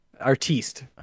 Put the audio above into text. Artiste